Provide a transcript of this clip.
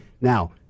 Now